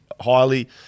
highly